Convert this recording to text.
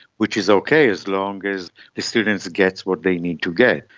which is okay as long as the students get what they need to get.